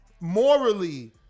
morally